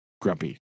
grumpy